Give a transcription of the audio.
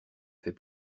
fait